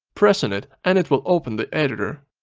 press on it and it will open the editor.